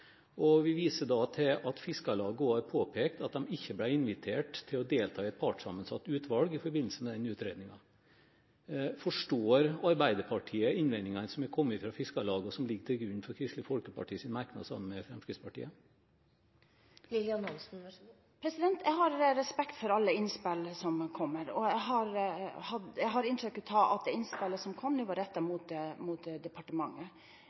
og vi viser til at Fiskarlaget også har påpekt at de ikke ble invitert til å delta i et partssammensatt utvalg i forbindelse med utredningen. Forstår Arbeiderpartiet innvendingene som er kommet fra Fiskarlaget, og som ligger til grunn for Kristelig Folkeparti og Fremskrittspartiets merknad? Jeg har respekt for alle innspill som kommer, og jeg har inntrykk av at det innspillet var rettet mot departementet.